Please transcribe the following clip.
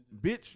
bitch